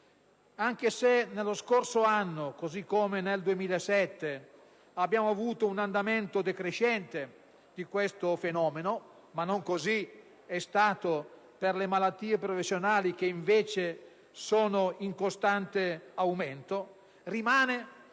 Anche se nello scorso anno, così come nel 2007, abbiamo registrato un andamento decrescente (ma non è stato così per le malattie professionali che, invece, sono in costante aumento) rimane